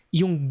yung